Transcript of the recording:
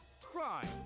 crime